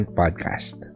podcast